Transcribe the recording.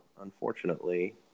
unfortunately